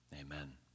Amen